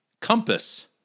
Compass